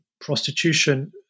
prostitution